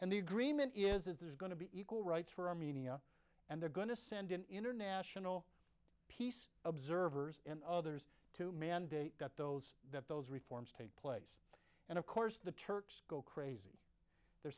and the agreement is that there's going to be equal rights for armenia and they're going to send in international peace observers and others to mandate got those that those reforms take place and of course the turks go crazy they're